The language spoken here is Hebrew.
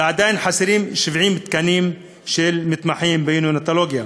ועדיין חסרים 70 תקנים של מתמחים בנאונטולוגיה.